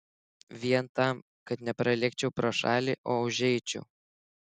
vien tam kad nepralėkčiau pro šalį o užeičiau